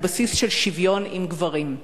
על בסיס של שוויון עם גברים".